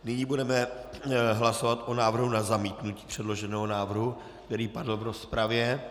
Nyní budeme hlasovat o návrhu na zamítnutí předloženého návrhu, který padl v rozpravě.